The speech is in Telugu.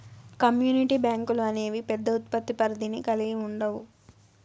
కమ్యూనిటీ బ్యాంకులు అనేవి పెద్ద ఉత్పత్తి పరిధిని కల్గి ఉండవు